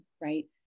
right